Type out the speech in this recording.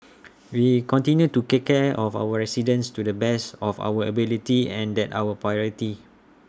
we continue to take care of our residents to the best of our ability and that's our priority